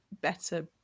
better